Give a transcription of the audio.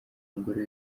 mugore